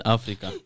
Africa